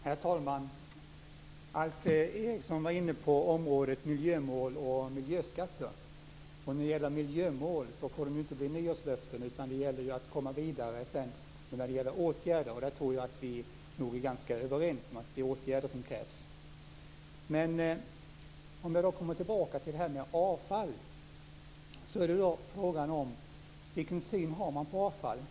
Herr talman! Alf Eriksson var inne på området miljömål och miljöskatter. När det gäller miljömål får de inte bli nyårslöften utan det gäller att komma vidare med åtgärder. Jag tror att vi är ganska överens om att det är åtgärder som krävs. När det gäller avfall är det frågan om vilken syn man har på det.